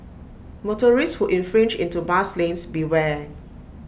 motorists who infringe into bus lanes beware